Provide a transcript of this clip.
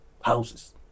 houses